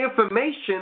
information